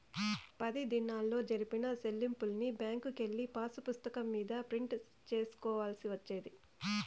పది దినాల్లో జరిపిన సెల్లింపుల్ని బ్యాంకుకెళ్ళి పాసుపుస్తకం మీద ప్రింట్ సేసుకోవాల్సి వచ్చేది